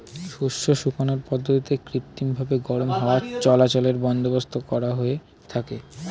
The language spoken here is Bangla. শস্য শুকানোর পদ্ধতিতে কৃত্রিমভাবে গরম হাওয়া চলাচলের বন্দোবস্ত করা হয়ে থাকে